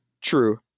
true